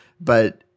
But-